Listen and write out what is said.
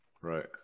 Right